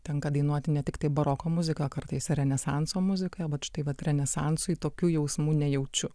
tenka dainuoti ne tiktai baroko muziką kartais renesanso muziką vat štai va renesansui tokių jausmų nejaučiu